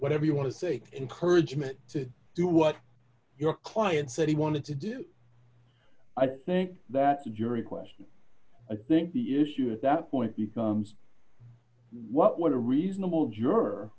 whatever you want to think encouragement to do what your client said he wanted to do i think that the jury question i think the issue at that point becomes what would a reasonable juror